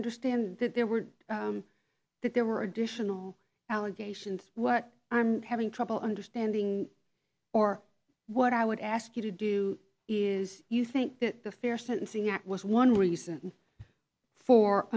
understand that there were that there were additional allegations what i'm having trouble understanding or what i would ask you to do is you think that the fair sentencing act was one reason for